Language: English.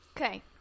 Okay